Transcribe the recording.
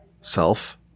self